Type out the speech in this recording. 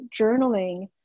journaling